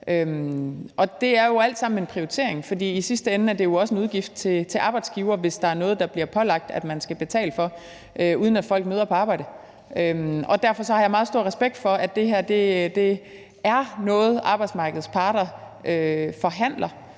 det er jo alt sammen en prioritering, for i sidste ende er det også en udgift for arbejdsgiver, hvis det er noget, man bliver pålagt at skulle betale for, uden at folk møder på arbejde. Derfor har jeg meget stor respekt for, at det her er noget, arbejdsmarkedets parter forhandler.